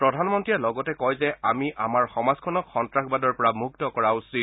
প্ৰধানমন্ত্ৰীয়ে লগতে কয় যে আমি আমাৰ সমাজখনক সন্নাসবাদৰ পৰা মুক্ত কৰা উচিত